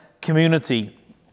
community